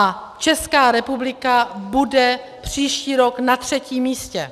A Česká republika bude příští rok na třetím místě.